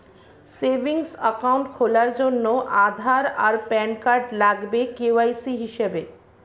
savings account খোলার জন্যে আধার আর প্যান কার্ড লাগবে কে.ওয়াই.সি হিসেবে